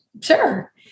sure